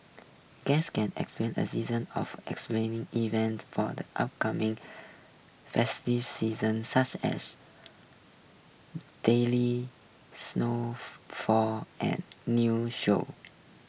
guests can expect a season of explaining events for the upcoming festive season such as daily snow fall and new shows